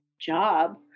job